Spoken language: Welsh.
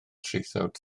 traethawd